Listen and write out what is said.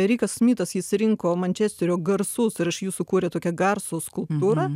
rikas smitas jis rinko mančesterio garsus ir iš jų sukūrė tokią garso skulptūrą